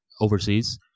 overseas